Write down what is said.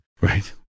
right